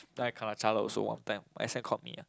then I kena also one time my S_M caught me ah